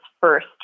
first